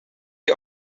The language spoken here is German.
die